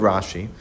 Rashi